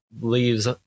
leaves